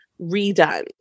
redone